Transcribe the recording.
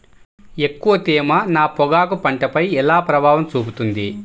ఎక్కువ తేమ నా పొగాకు పంటపై ఎలా ప్రభావం చూపుతుంది?